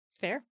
Fair